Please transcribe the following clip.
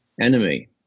enemy